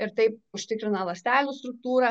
ir taip užtikrina ląstelių struktūrą